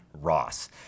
Ross